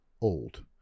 old